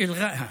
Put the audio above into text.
את הרעיון.)